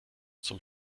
zum